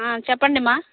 చెప్పండమ్మా